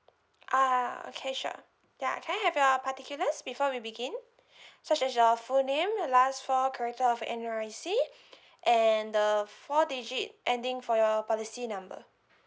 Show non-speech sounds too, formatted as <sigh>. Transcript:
ah okay sure ya can I have your particulars before we begin <breath> such as your full name your last four character of N_R_I_C <breath> and the four digit ending for your policy number